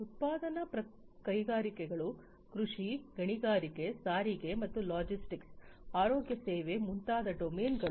ಉತ್ಪಾದನಾ ಕೈಗಾರಿಕೆಗಳು ಕೃಷಿ ಗಣಿಗಾರಿಕೆ ಸಾರಿಗೆ ಮತ್ತು ಲಾಜಿಸ್ಟಿಕ್ಸ್ ಆರೋಗ್ಯ ಸೇವೆ ಮುಂತಾದ ಡೊಮೇನ್ಗಳು